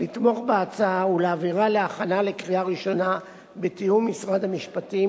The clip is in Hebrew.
לתמוך בהצעה ולהעבירה להכנה לקריאה ראשונה בתיאום עם משרד המשפטים,